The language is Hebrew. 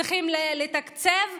צריכים לתקצב,